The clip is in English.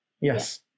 yes